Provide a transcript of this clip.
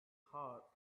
heart